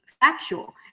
factual